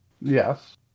Yes